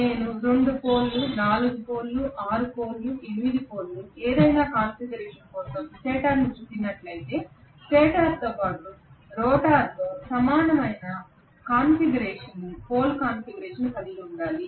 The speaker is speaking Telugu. నేను 2 పోల్ 4 పోల్ 6 పోల్ 8 పోల్ ఏమైనా కాన్ఫిగరేషన్ కోసం స్టేటర్ను చుట్టి నట్లయితే స్టేటర్తో పాటు రోటర్తో సమానమైన పోల్ కాన్ఫిగరేషన్ను కలిగి ఉండాలి